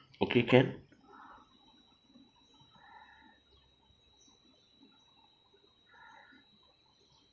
okay can